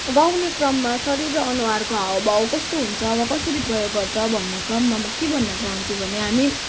गाउने क्रममा शरीर र अनुहारको हावभाव कस्तो हुन्छ अब कसरी प्रयोग गर्छ भन्ने क्रममा म के भन्न चाहन्छु भने हामी